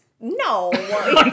No